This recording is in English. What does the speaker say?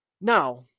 Now